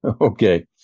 Okay